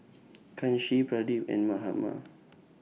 Kanshi Pradip and Mahatma